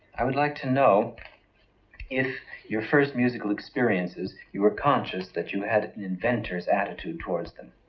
i would like to know if your first musical experiences you were conscious that you had an inventor's attitude towards them?